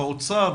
באוצר?